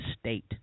state